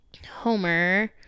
Homer